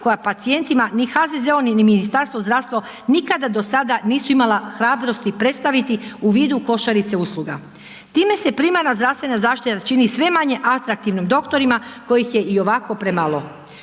koja pacijentima ni HZZO ni Ministarstvo zdravstva nikada do sada nisu imala hrabrosti predstaviti u vidu košarice usluga. Time se primarna zdravstvena zaštita čini sve manje atraktivnom doktorima kojih je i ovako premalo.